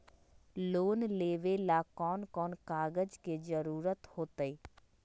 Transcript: Loan लेवेला कौन कौन कागज के जरूरत होतई?